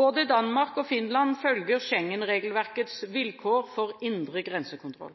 Både Danmark og Finland følger Schengen-regelverkets vilkår for indre grensekontroll.